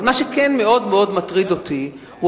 אבל מה שכן מאוד מאוד מטריד אותי הוא